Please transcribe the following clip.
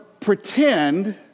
pretend